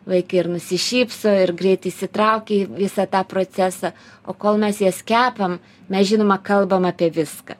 vaikai ir nusišypso ir greitai įsitraukia į visą tą procesą o kol mes jas kepam mes žinoma kalbam apie viską